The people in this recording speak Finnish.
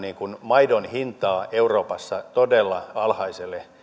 maidon hintaa euroopassa todella alhaiselle